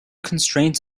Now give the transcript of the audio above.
constraints